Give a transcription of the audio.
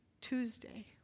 Tuesday